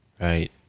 Right